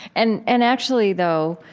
and and actually though,